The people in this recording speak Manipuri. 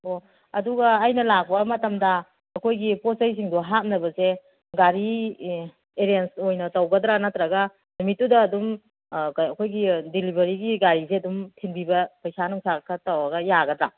ꯑꯣ ꯑꯗꯨꯒ ꯑꯩꯅ ꯂꯥꯛꯄ ꯃꯇꯝꯗ ꯑꯩꯈꯣꯏꯒꯤ ꯄꯣꯠ ꯆꯩꯁꯤꯡꯗꯣ ꯍꯥꯞꯅꯕꯁꯦ ꯒꯥꯔꯤ ꯑꯣꯏꯅ ꯑꯦꯔꯦꯟꯖ ꯇꯧꯒꯗ꯭ꯔꯥ ꯅꯠꯇ꯭ꯔꯒ ꯅꯨꯃꯤꯠꯇꯨꯗ ꯑꯗꯨꯝ ꯑꯩꯈꯣꯏꯒꯤ ꯗꯤꯂꯤꯕꯔꯤꯒꯤ ꯒꯥꯔꯤꯁꯦ ꯑꯗꯨꯝ ꯊꯤꯟꯕꯤꯕ ꯄꯩꯁꯥ ꯅꯨꯡꯁꯥ ꯈꯔ ꯇꯧꯔꯒ ꯌꯥꯒꯗ꯭ꯔꯥ